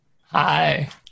Hi